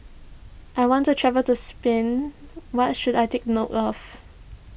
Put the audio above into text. I want to travel to Spain what should I take note of